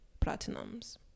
platinums